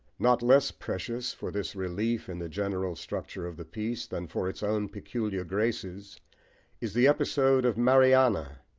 not less precious for this relief in the general structure of the piece, than for its own peculiar graces is the episode of mariana,